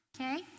okay